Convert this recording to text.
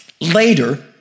Later